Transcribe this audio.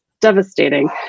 devastating